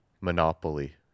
monopoly